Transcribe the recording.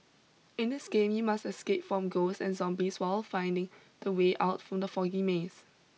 in this game you must escape from ghosts and zombies while finding the way out from the foggy maze